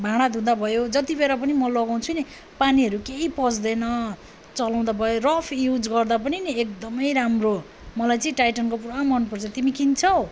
भाँडा धुँदा भयो जतिबेर पनि म लगाउँछु नि पानीहरू केही पस्दैन चलाउँदा भयो रफ युज गर्दा पनि एकदमै राम्रो मलाई चाहिँ टाइटानको पुरा मनपर्छ तिमी किन्छौ